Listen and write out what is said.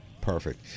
Perfect